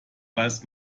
weiß